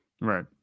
Right